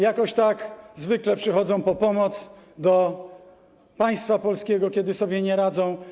Jakoś tak zwykle przychodzą po pomoc do państwa polskiego, kiedy sobie nie radzą.